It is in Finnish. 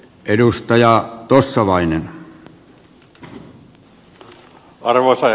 arvoisa herra puhemies